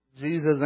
Jesus